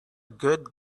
good